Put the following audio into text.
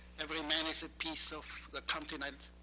every man is a piece of the continent,